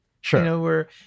Sure